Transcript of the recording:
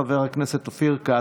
חבר הכנסת אופיר כץ,